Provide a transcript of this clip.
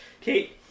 Kate